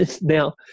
Now